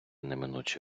неминучі